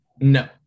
no